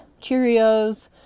Cheerios